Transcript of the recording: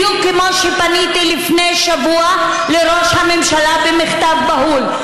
בדיוק כמו שפניתי לפני שבוע לראש הממשלה במכתב בהול.